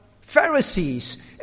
Pharisees